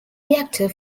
reactor